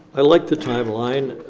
i like the timeline.